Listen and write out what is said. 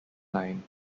line